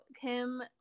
Kim